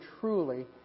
truly